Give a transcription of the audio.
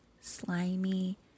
slimy